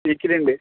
വീക്കിലിയുണ്ട്